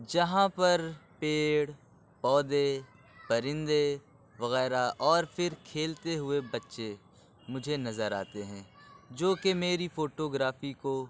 جہاں پر پیڑ پودے پرندے وغیرہ اور پھر کھیلتے ہوئے بچے مجھے نظر آتے ہیں جو کہ میری فوٹو گرافی کو